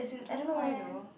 I don't know why though